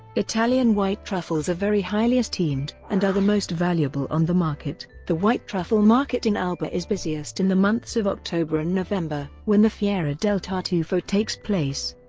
italian white truffles are very highly esteemed and are the most valuable on the market the white truffle market in alba is busiest in the months of october and november when the fiera del tartufo takes place.